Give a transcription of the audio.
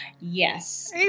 Yes